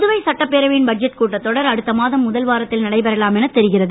புதுவை சட்டப்பேரவையின் பட்ஜெட் கூட்டத்தொடர் அடுத்த மாதம் முதல் வாரத்தில் நடைபெறலாம் என தெரிகிறது